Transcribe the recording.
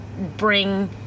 bring